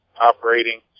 operating